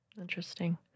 Interesting